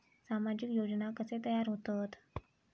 सामाजिक योजना कसे तयार होतत?